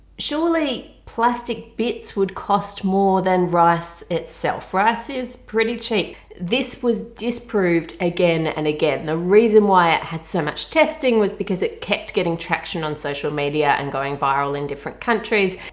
surely plastic bits would cost more than rice itself. rice is pretty cheap! this was disproved again and again the reason why it had so much testing was because it kept getting traction on social media and going viral in different countries.